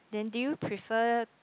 then do you prefer